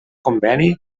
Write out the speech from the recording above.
conveni